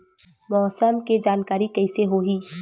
मौसम के जानकारी कइसे होही?